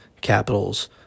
Capitals